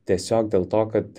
tiesiog dėl to kad